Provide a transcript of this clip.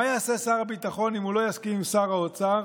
מה יעשה שר הביטחון אם הוא לא יסכים עם שר האוצר,